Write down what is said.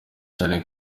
cyane